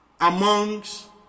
amongst